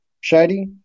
Shady